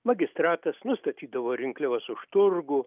magistratas nustatydavo rinkliavas už turgų